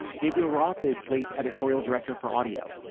gabriel roth is slate's editorial director for audio.